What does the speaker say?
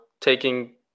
taking